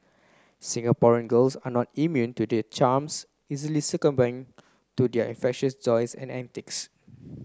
Singaporean girls are not immune to their charms easily succumbing to their infectious joys and antics